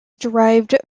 derived